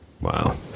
Wow